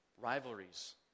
Rivalries